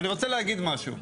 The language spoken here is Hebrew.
אני רוצה להגיד משהו,